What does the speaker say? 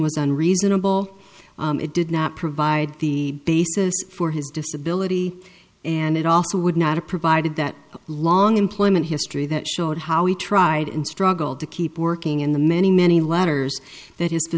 was done reasonable it did not provide the basis for his disability and it also would not a provided that long employment history that showed how he tried and struggled to keep working in the many many letters that